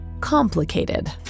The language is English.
complicated